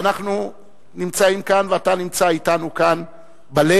אנחנו נמצאים כאן ואתה נמצא אתנו כאן בלב,